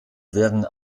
werden